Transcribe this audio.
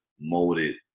molded